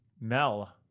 Mel